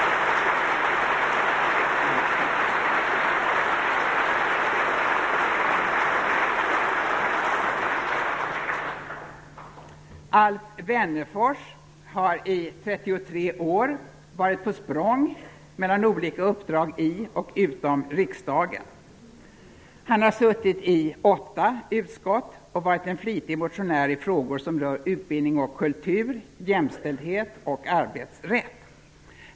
Alf Wennerfors har i 33 år varit på språng mellan olika uppdrag i och utom riksdagen. Han har suttit i åtta utskott och varit en flitig motionär i frågor som rör utbildning och kultur, jämställdhet och arbetsrätt.